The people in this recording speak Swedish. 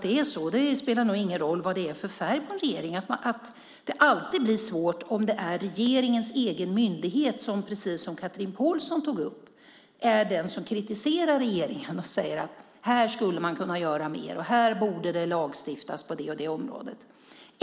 Det spelar nog ingen roll vad det är för färg på en regering, men jag tror att det alltid blir svårt om det är regeringens egen myndighet, precis som Chatrine Pålsson Ahlgren tog upp, som är den som kritiserar regeringen och säger att det går att göra mer eller att det borde lagstiftas på det och det området.